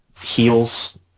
heals